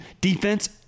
defense